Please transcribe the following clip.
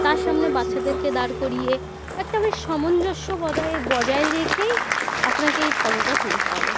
তার সামনে বাচ্চাদেরকে দাঁড় করিয়ে একটা বেশ সামঞ্জস্য বদায় বজায় রেখেই আপনাকে এই ফটোটা তুলতে হবে